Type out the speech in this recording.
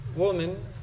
Woman